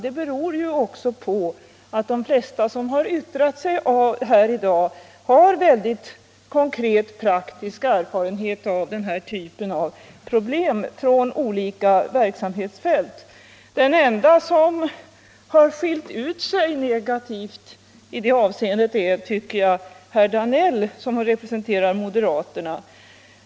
Det beror också på att de flesta som yttrat sig i dag har konkret praktisk erfarenhet från olika verksamhetsfält av denna typ av problem. Den ende som har skilt ut sig negativt i det avseendet är herr Danell, som ju representerar moderaterna.